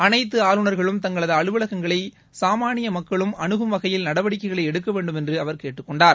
அனைத்து ஆளுநா்களும் தங்களது அலுவலகங்களை சாமான்ய மக்களும் அனுகும் வகையில் நடவடிக்கைகளை எடுக்க வேண்டும் என்று அவர் கேட்டுக் கொண்டார்